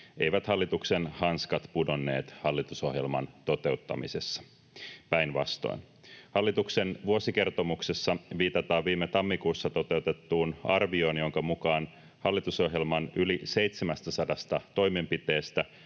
eivät hallituksen hanskat pudonneet hallitusohjelman toteuttamisessa, päinvastoin. Hallituksen vuosikertomuksessa viitataan viime tammikuussa toteutettuun arvioon, jonka mukaan hallitusohjelman yli 700 toimenpiteestä